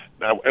Now